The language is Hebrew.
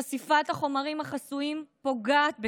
חשיפת החומרים החסויים פוגעת בכך,